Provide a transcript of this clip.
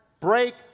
break